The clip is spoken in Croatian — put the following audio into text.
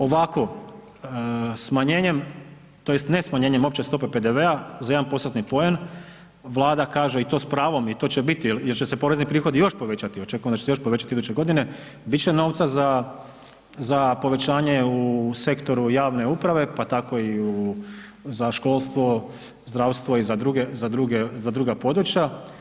Ovako, smanjenjem tj. ne smanjenjem opće stope PDV-a za 1 postotni poen Vlada kaže i to s pravom i to će biti jer će se porezni prihodi još povećati, očekujem da će se još povećati iduće godine, bit će novca za povećanje u sektoru javne uprave, pa tako i u za školstvo, zdravstvo i za druge, za druga područja.